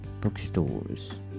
bookstores